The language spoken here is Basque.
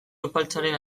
epaltzaren